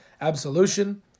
absolution